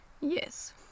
Yes